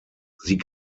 sie